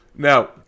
Now